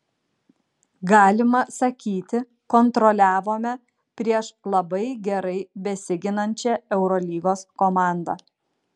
galima sakyti kontroliavome prieš labai gerai besiginančią eurolygos komandą